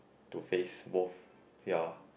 to face both ya